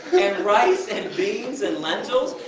and rice, and beans, and lentils?